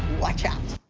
watch out.